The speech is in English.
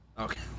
Okay